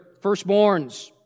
firstborns